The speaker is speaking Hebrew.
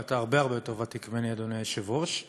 אתה הרבה הרבה יותר ותיק ממני, אדוני היושב-ראש,